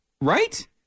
Right